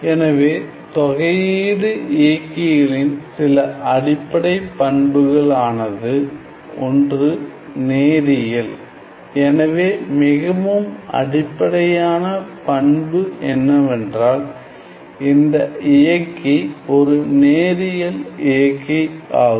எனவே தொகை இயக்கிகளின் சில அடிப்படை பண்புகள் ஆனது 1நேரியல் எனவே மிகவும் அடிப்படையான பண்பு என்னவென்றால் இந்த இயக்கி ஒரு நேரியல் இயக்கி ஆகும்